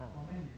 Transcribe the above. ah